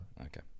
okay